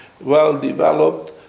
well-developed